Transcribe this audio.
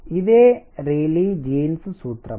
ఇదే Rayleigh Jeans సూత్రం